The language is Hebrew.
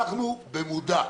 אנחנו במודע.